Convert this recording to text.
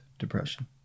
depression